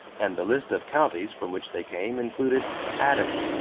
and the list of counties from which they came included adams,